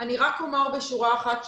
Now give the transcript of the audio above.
אני רק אומר בשורה אחת.